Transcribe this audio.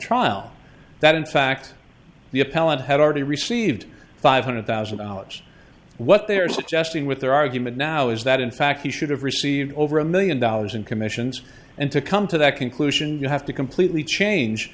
trial that in fact the appellant had already received five hundred thousand dollars what they're suggesting with their argument now is that in fact he should have received over a million dollars in commissions and to come to that conclusion you have to completely change